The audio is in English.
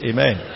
Amen